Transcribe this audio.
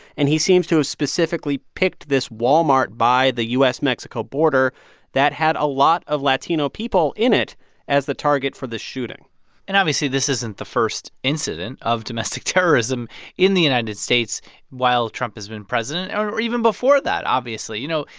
and he seems to have specifically picked this walmart by the u s mexico border that had a lot of latino people in it as the target for the shooting and, obviously, this isn't the first incident of domestic terrorism in the united states while trump has been president or even before that, obviously. you know,